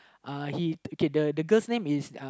uh he K the the girl's name is uh